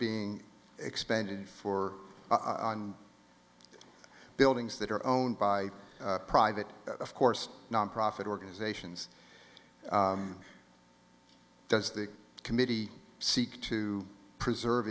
being expended for buildings that are owned by private of course nonprofit organizations does the committee seek to preserve